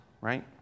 right